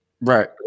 right